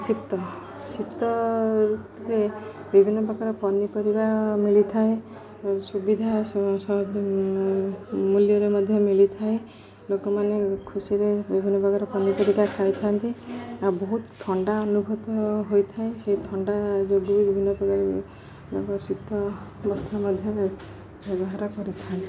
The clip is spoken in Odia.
ଶୀତ ଶୀତରେ ବିଭିନ୍ନ ପ୍ରକାର ପନିପରିବା ମିଳିଥାଏ ସୁବିଧା ମୂଲ୍ୟରେ ମଧ୍ୟ ମିଳିଥାଏ ଲୋକମାନେ ଖୁସିରେ ବିଭିନ୍ନ ପ୍ରକାର ପନିପରିବା ଖାଇଥାନ୍ତି ଆଉ ବହୁତ ଥଣ୍ଡା ଅନୁଭୂତ ହୋଇଥାଏ ସେଇ ଥଣ୍ଡା ଯୋଗୁଁ ବିଭିନ୍ନ ପ୍ରକାର ଶୀତ ବସ୍ତ୍ର ମଧ୍ୟ ବ୍ୟବହାର କରିଥାନ୍ତି